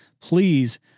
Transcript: please